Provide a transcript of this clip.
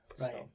Right